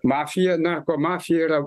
mafija narkomafija yra